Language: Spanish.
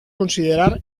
considerar